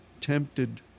tempted